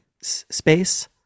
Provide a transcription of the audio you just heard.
space